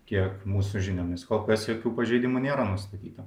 kiek mūsų žiniomis kol kas jokių pažeidimų nėra nustatyta